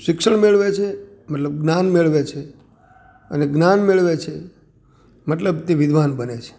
શિક્ષણ મેળવે છે મતલબ જ્ઞાન મેળવે છે અને જ્ઞાન મેળવે છે મતલબ તે વિદ્વાન બને છે